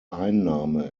einnahme